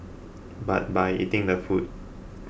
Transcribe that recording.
but by eating the food